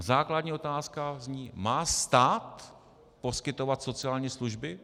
Základní otázka zní: Má stát poskytovat sociální služby?